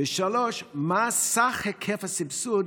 3. מה סך היקף הסבסוד